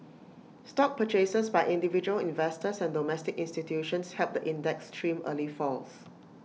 stock purchases by individual investors and domestic institutions helped the index trim early falls